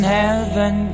heaven